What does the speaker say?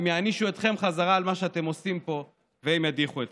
יענישו אתכם חזרה על מה שאתם עושים פה וידיחו אתכם.